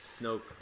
Snoke